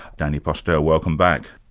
danny postel, welcome back.